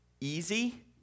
easy